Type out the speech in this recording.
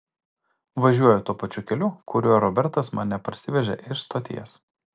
važiuoju tuo pačiu keliu kuriuo robertas mane parsivežė iš stoties